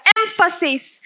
emphasis